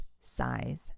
size